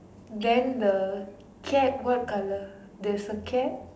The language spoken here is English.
then the cap what colour there's a cap